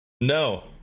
No